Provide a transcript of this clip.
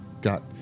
got